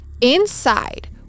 Inside